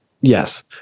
yes